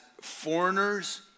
foreigners